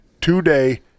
today